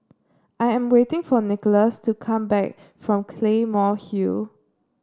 I am waiting for Nickolas to come back from Claymore Hill